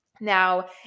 Now